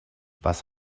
was